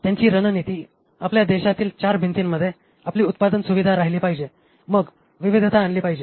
त्यांची रणनीती आपल्या देशातील चार भिंतींमध्ये आपली उत्पादन सुविधा राहिली पाहिजे आणि मग विविधता आणली पाहिजे